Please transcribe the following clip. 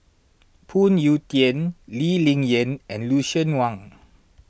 Phoon Yew Tien Lee Ling Yen and Lucien Wang